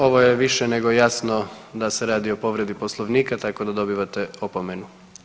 Ovo je više nego jasno da se radi o povredi poslovnika tako da dobivate opomenu.